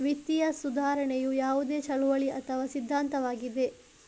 ವಿತ್ತೀಯ ಸುಧಾರಣೆಯು ಯಾವುದೇ ಚಳುವಳಿ ಅಥವಾ ಸಿದ್ಧಾಂತವಾಗಿದೆ